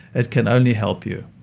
it can only help you